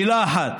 מילה אחת: